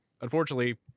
unfortunately